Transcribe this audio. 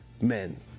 men